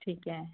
ਠੀਕ ਹੈ